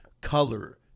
color